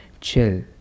chill